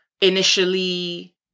initially